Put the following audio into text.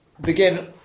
begin